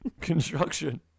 Construction